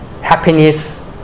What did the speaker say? happiness